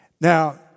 Now